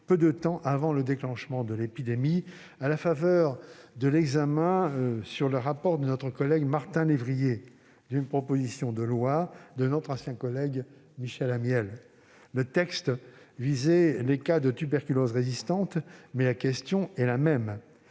peu de temps avant le déclenchement de l'épidémie, à la faveur de l'examen du rapport de Martin Lévrier sur une proposition de loi de notre ancien collègue Michel Amiel. Le texte visait les cas de tuberculose résistante, mais la question est la même